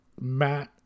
Matt